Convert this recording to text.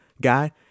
guy